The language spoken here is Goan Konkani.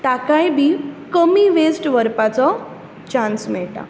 ताकाय बी कमी वेस्ट वरपाचो चांस मेळटा